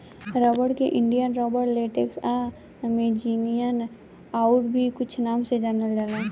rubber के Indian rubber, latex आ Amazonian आउर भी कुछ नाम से जानल जाला